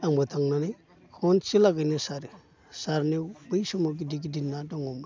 आंबो थांनानै खनसे लागैनो सारो सारनायाव बै समाव गिदिर गिदिर ना दङमोन